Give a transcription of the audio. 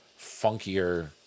funkier